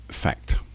fact